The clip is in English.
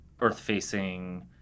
earth-facing